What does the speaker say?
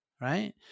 right